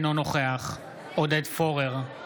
אינו נוכח עודד פורר,